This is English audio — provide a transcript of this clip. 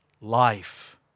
life